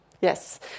Yes